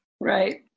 Right